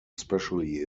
especially